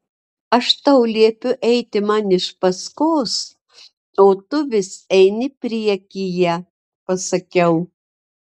aš tau liepiu eiti man iš paskos o tu vis eini priekyje pasakiau